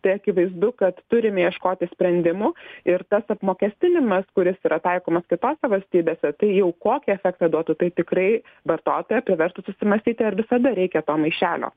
tai akivaizdu kad turim ieškoti sprendimų ir tas apmokestinimas kuris yra taikomas kitose valstybėse tai jau kokį efektą duotų tai tikrai vartotoją priverstų susimąstyti ar visada reikia to maišelio